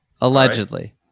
allegedly